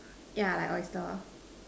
yeah like oyster